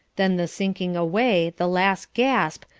then the sinking away, the last gasp,